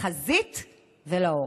לחזית ולעורף.